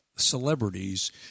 celebrities